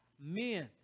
men